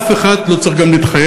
אף אחד גם לא צריך להתחייב,